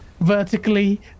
vertically